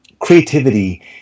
Creativity